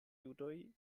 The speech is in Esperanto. judoj